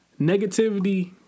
Negativity